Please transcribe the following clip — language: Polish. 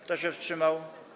Kto się wstrzymał?